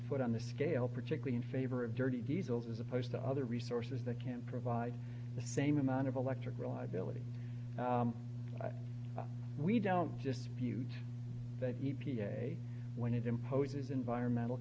foot on the scale particularly in favor of dirty diesels as opposed to other resources that can provide the same amount of electric reliability we don't just view the e p a when it imposes environmental